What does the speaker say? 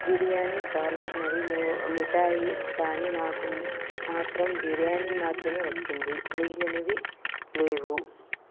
biryani salad మరియు మిఠాయి కానీ నాకు మాత్రం బిర్యానీ మాత్రమే వచ్చింది మిగిలినవి లేవు